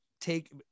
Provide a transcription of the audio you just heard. take